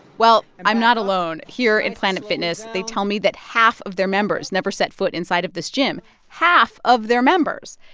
well, i'm not alone. here at and planet fitness, they tell me that half of their members never set foot inside of this gym half of their members.